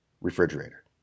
refrigerator